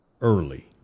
early